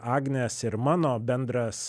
agnės ir mano bendras